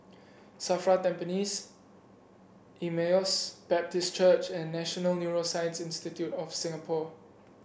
Safra Tampines Emmaus Baptist Church and National Neuroscience Institute of Singapore